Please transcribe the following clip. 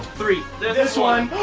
three, this one.